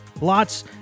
lots